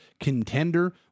contender